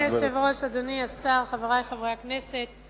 אדוני היושב-ראש, אדוני השר, חברי חברי הכנסת,